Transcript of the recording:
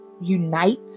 unite